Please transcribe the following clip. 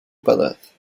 padres